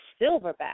silverback